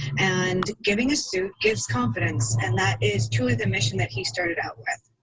and giving a suit gives confidence, and that is truly the mission that he started out with.